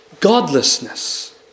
Godlessness